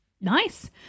Nice